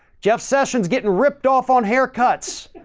jeff sessions getting ripped off on haircuts,